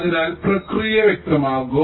അതിനാൽ പ്രക്രിയ വ്യക്തമാകും